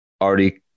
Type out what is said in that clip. already